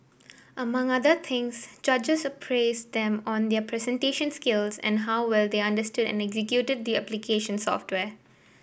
among other things judges appraised them on their presentation skills and how well they understood and executed the application software